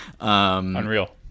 Unreal